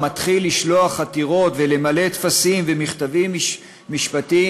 מתחיל לשלוח עתירות ולמלא טפסים ומכתבים משפטיים